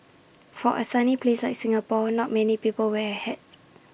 for A sunny place like Singapore not many people wear A hat